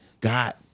God